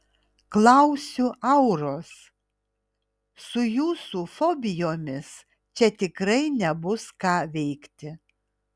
klausiu auros su jūsų fobijomis čia tikrai nebus ką veikti